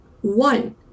one